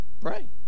Pray